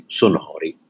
sonori